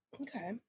Okay